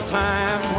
time